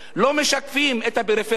לא משקפים את הפריפריה,